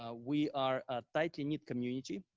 ah we are a tightly knit community.